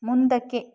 ಮುಂದಕ್ಕೆ